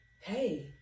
hey